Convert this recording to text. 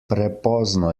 prepozno